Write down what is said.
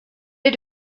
est